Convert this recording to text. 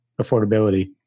affordability